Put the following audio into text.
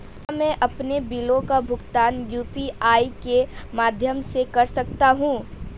क्या मैं अपने बिलों का भुगतान यू.पी.आई के माध्यम से कर सकता हूँ?